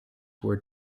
were